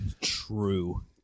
True